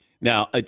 Now